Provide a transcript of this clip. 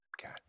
Okay